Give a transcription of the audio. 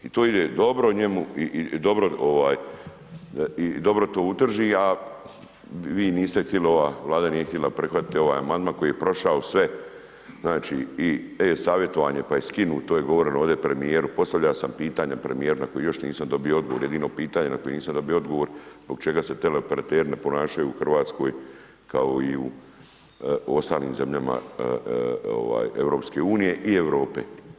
I to ide dobro njemu i dobro to utrži, a vi niste htjeli, ova Vlada nije htjela prihvatiti ovaj amandman koji je prošao sve, znači i e-Savjetovanje pa je skinuto, to je govorio ovdje premijeru, postavljao sam pitanja premijeru na koji još nisam dobio odgovor, jedino pitanje na koji nisam dobio odgovor, zbog čega se teleoperateri ne ponašaju u Hrvatskoj kao i u ostalim zemljama EU i Europe.